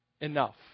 enough